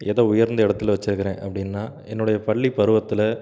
எதை உயர்ந்த இடத்துல வச்சிருக்குறேன் அப்படின்னா என்னுடைய பள்ளிப் பருவத்தில்